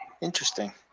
Interesting